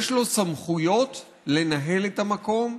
יש לו סמכויות לנהל את המקום,